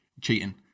Cheating